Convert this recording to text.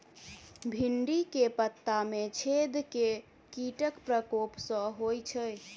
भिन्डी केँ पत्ता मे छेद केँ कीटक प्रकोप सऽ होइ छै?